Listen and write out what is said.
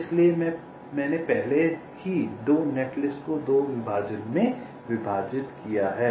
इसलिए मैंने पहले ही 2 नेटलिस्ट को 2 विभाजन में विभाजित किया है